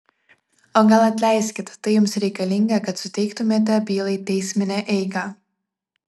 o gal atleiskit tai jums reikalinga kad suteiktumėte bylai teisminę eigą